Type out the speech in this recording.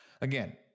again